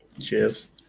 Cheers